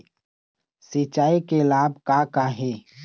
सिचाई के लाभ का का हे?